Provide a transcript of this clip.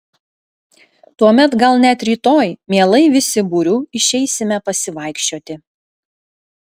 tuomet gal net rytoj mielai visi būriu išeisime pasivaikščioti